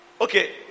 okay